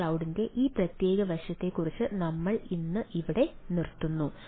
IoT ക്ലൌഡിന്റെ ഈ പ്രത്യേക വശത്തെക്കുറിച്ച് നമ്മൾ ഇന്ന് ഇവിടെ നിർത്തും